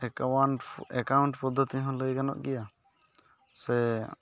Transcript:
account account ᱯᱚᱫᱽᱫᱷᱚᱛᱤ ᱦᱚᱸ ᱞᱟᱹᱭ ᱜᱟᱱᱚᱜ ᱜᱮᱭᱟ ᱥᱮ